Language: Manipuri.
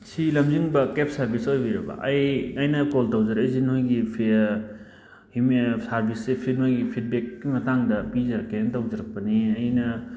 ꯁꯤ ꯂꯝꯖꯤꯡꯕ ꯀꯦꯞ ꯁꯥꯔꯚꯤꯁ ꯑꯣꯏꯕꯤꯔꯕꯥ ꯑꯩ ꯑꯩꯅ ꯀꯣꯜ ꯇꯧꯖꯔꯛꯏꯁꯦ ꯅꯣꯏꯒꯤ ꯁꯥꯔꯚꯤꯁꯁꯦ ꯅꯣꯏꯒꯤ ꯐꯤꯠꯕꯦꯛꯀꯤ ꯃꯇꯥꯡꯗ ꯞꯤꯖꯔꯛꯀꯦꯅ ꯇꯧꯖꯔꯛꯄꯅꯤ ꯑꯩꯅ